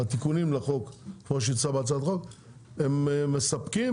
התיקונים לחוק כמו שהוצע בהצעת החוק הם מספקים.